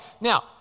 Now